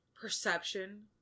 perception